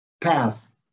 path